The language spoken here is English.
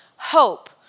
hope